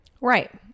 Right